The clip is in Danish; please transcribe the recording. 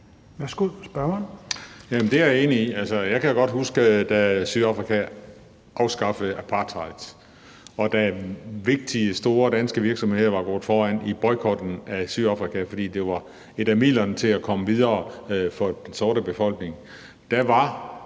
Det er jeg enig i. Jeg kan godt huske, da Sydafrika afskaffede apartheid, og at vigtige store danske virksomheder var gået foran i boykotten af Sydafrika, fordi det var et af midlerne til at komme videre for den sorte befolkning.